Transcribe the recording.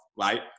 right